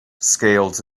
scales